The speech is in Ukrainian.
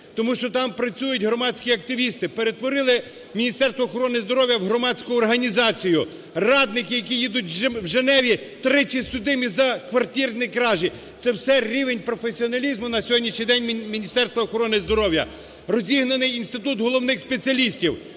тому що там працюють громадські активісти, перетворили Міністерство охорони здоров'я в громадську організацію. Радники, які їдуть в Женеву, тричі судимі за квартирні кражі. Це все рівень професіоналізму на сьогоднішній день Міністерства охорони здоров'я. Розігнаний інститут головних спеціалістів.